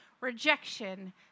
rejection